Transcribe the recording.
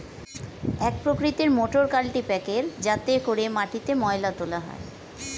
এক প্রকৃতির মোটর কাল্টিপ্যাকের যাতে করে মাটিতে ময়লা তোলা হয়